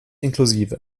inklusive